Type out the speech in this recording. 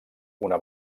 una